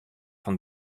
fan